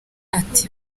ati